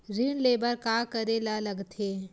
ऋण ले बर का करे ला लगथे?